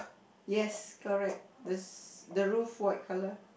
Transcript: yes correct this the roof white colour